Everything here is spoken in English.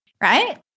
right